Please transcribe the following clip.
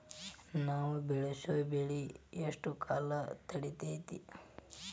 ನಾವು ಬೆಳಸೋ ಬೆಳಿ ಎಷ್ಟು ಕಾಲ ತಡೇತೇತಿ?